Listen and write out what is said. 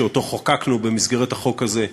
שחוקקנו במסגרת החוק הזה,